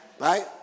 Right